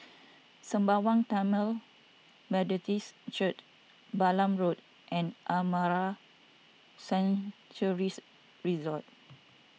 Sembawang Tamil Methodist Church Balam Road and Amara Sanctuaries Resort